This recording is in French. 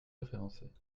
référencés